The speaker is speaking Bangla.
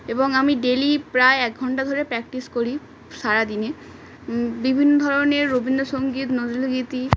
এবং আমি ডেলি প্রায় এক ঘন্টা ধরে প্র্যাকটিস করি সারাদিনে বিভিন্ন ধরনের রবীন্দ্রসঙ্গীত নজরুলগীতি